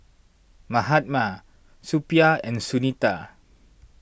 Mahatma Suppiah and Sunita